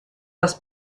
das